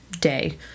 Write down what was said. day